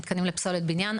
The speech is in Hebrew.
גם את המתקנים לפסולת בניין,